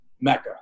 Mecca